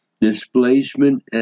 displacement